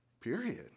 Period